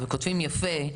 במחקר, וכותבים יפה,